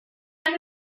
pryd